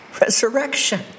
resurrection